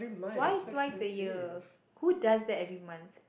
why twice a year who does that every month